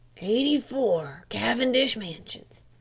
eighty four, cavendish mansions,